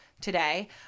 today